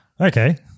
Okay